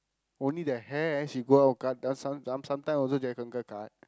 only the hair she go out cut sometime sometime also Jack uncle cut